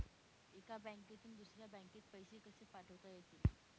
एका बँकेतून दुसऱ्या बँकेत पैसे कसे पाठवता येतील?